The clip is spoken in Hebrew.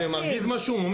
כי זה מרגיז, מה שהוא אומר.